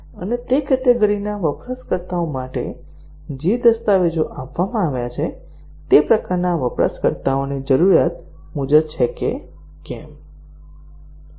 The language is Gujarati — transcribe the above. અને તે કેટેગરીના વપરાશકર્તાઓ માટે જે દસ્તાવેજો આપવામાં આવ્યા છે તે તે પ્રકારના વપરાશકર્તાઓની જરૂરિયાત મુજબ છે કે કેમ